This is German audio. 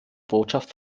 botschaft